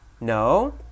No